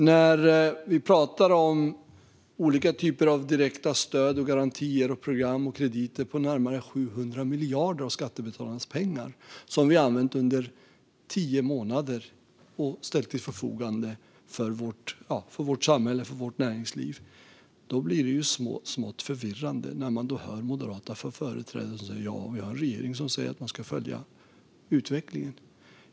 När vi pratar om olika typer av direkta stöd, garantier, program och krediter på närmare 700 miljarder av skattebetalarnas pengar som vi har använt under tio månader och ställt till förfogande för vårt samhälle och vårt näringsliv blir det smått förvirrande att höra moderata företrädare säga: Vi har en regering som säger att den ska följa utvecklingen.